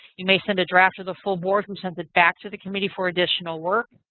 you may send a draft to the full board who sends it back to the committee for additional work.